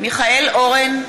מיכאל אורן,